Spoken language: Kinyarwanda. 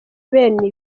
bene